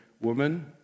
woman